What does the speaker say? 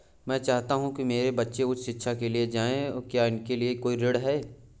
मैं चाहता हूँ कि मेरे बच्चे उच्च शिक्षा के लिए जाएं क्या इसके लिए कोई ऋण है?